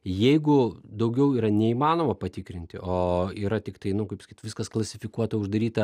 jeigu daugiau yra neįmanoma patikrinti o yra tiktai nu kaip sakyt viskas klasifikuota uždaryta